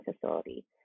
facility